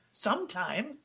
sometime